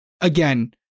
again